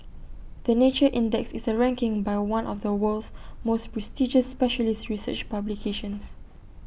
the nature index is A ranking by one of the world's most prestigious specialist research publications